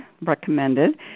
recommended